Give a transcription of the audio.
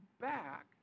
back